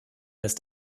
ist